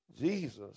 Jesus